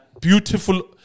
Beautiful